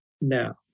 now